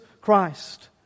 Christ